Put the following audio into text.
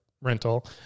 rental